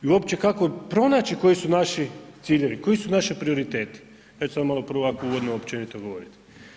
I uopće kako pronaći koji su naši ciljevi, koji su naši prioriteti, već samo malo prvo ovako uvodno općenito govoriti.